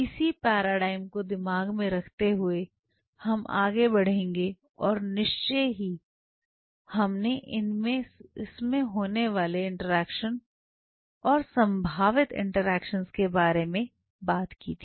इसी पैराडाइम को दिमाग में रखते हुए हम आगे बढ़ेंगे और निश्चय ही हमने इसमें होने वाले इंटरेक्शन और संभावित इंटरेक्शंस के बारे में बात की थी